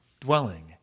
dwelling